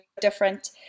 different